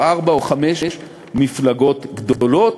ארבע או חמש מפלגות גדולות,